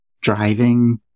driving